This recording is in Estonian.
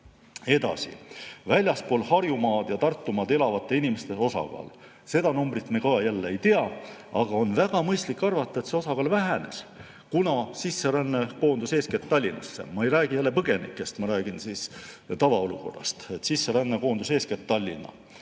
Edasi. Väljaspool Harjumaad ja Tartumaad elavate inimeste osakaal. Seda numbrit me jälle ei tea, aga on väga mõistlik arvata, et see osakaal vähenes, kuna sisseränne koondus eeskätt Tallinnasse. Ma ei räägi jälle põgenikest, ma räägin tavaolukorrast, et sisseränne koondus eeskätt Tallinna.